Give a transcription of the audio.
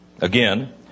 Again